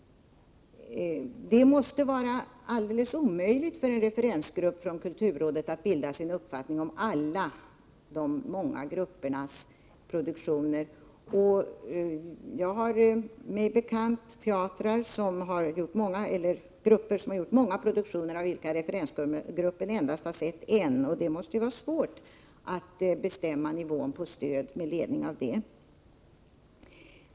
Det måste vara alldeles omöjligt för en referensgrupp från kulturrådet att bilda sig en uppfattning om alla de många gruppernas produktioner. Jag har mig bekant grupper som har gjort många produktioner, av vilka referensgruppen endast har sett en. Det måste vara svårt att bestämma nivån på stödet med ledning av det.